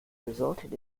resulted